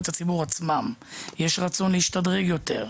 הציבור עצמן יש רצון להשתדרג יותר,